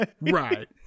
Right